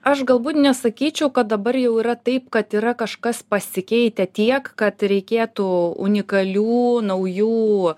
aš galbūt nesakyčiau kad dabar jau yra taip kad yra kažkas pasikeitę tiek kad reikėtų unikalių naujų